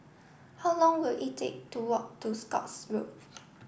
how long will it take to walk to Scotts Road